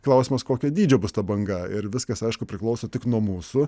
klausimas kokio dydžio bus ta banga ir viskas aišku priklauso tik nuo mūsų